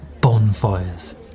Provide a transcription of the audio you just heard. bonfires